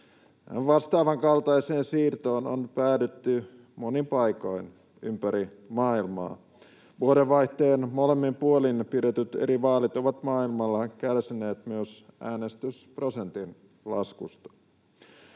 Vastaavan kaltaiseen siirtoon on päädytty monin paikoin ympäri maailmaa. [Jussi Halla-ahon välihuuto] Vuodenvaihteen molemmin puolin pidetyt eri vaalit ovat maailmalla kärsineet myös äänestysprosentin laskusta.